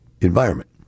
environment